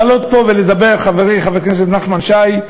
לעלות פה ולדבר, חברי חבר הכנסת נחמן שי,